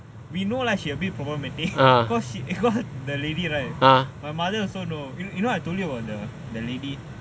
we know lah she a bit problematic because she got the lady right my mother also know you know I told you about the the lady